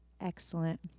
Excellent